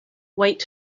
wait